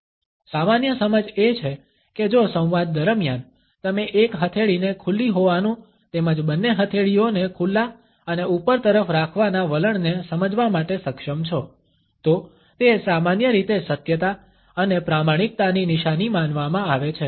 સામાન્ય સમજ એ છે કે જો સંવાદ દરમિયાન તમે એક હથેળીને ખુલ્લી હોવાનું તેમજ બંને હથેળીઓને ખુલ્લા અને ઉપર તરફ રાખવાના વલણને સમજવા માટે સક્ષમ છો તો તે સામાન્ય રીતે સત્યતા અને પ્રામાણિકતાની નિશાની માનવામાં આવે છે